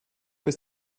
bis